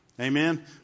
Amen